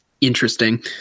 interesting